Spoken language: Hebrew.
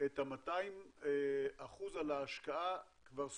את ה-200% על ההשקעה כבר סיימו.